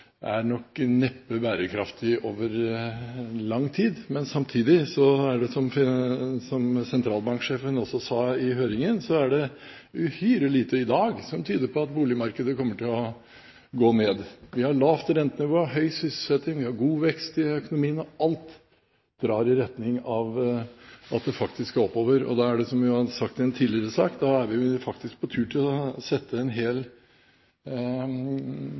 er nok neppe bærekraftig over lang tid. Samtidig er det – som sentralbanksjefen også sa i høringen – uhyre lite i dag som tyder på at boligmarkedet kommer til å gå ned. Vi har lavt rentenivå, høy sysselsetting og god vekst i økonomien – alt drar i retning av at det går oppover. Som jeg har sagt i en tidligere sak: Gjennom det kravet vi har til egenkapital, og som Finanstilsynet har innført, 15 pst., er vi faktisk på tur til å sette en hel